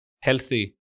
healthy